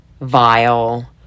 vile